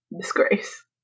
disgrace